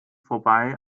vorbei